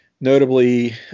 Notably